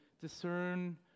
discern